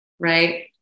right